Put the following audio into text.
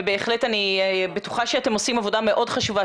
בהחלט אני בטוחה שאתם עושים עבודה מאוד חשובה.